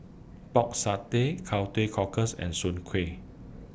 Pork Satay Cow Teow Cockles and Soon Kway